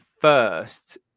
first